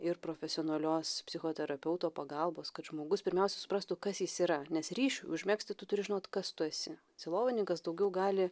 ir profesionalios psichoterapeuto pagalbos kad žmogus pirmiausiai suprastų kas jis yra nes ryšių užmegzti tu turi žinot kas tu esi sielovadininkas daugiau gali